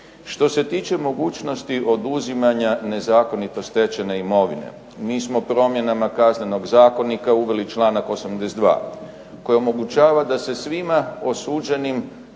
Što se tiče mogućnosti oduzimanja nezakonito stečene imovine, mi smo promjenama Kaznenog zakonika uveli članak 82. koji omogućava da se svima osuđenim